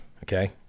Okay